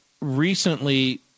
recently